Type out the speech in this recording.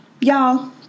Y'all